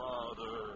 Father